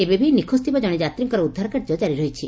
ଏବେ ବି ନିଖୋକ ଥିବା କଣେ ଯାତ୍ରୀଙ୍କର ଉଦ୍ଧାର କାର୍ଯ୍ୟ ଜାରି ରହିଛି